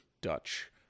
Dutch